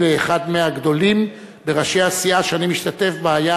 אחד מהגדולים בראשי הסיעה שאני משתתף בה,